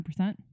100%